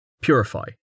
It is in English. Purify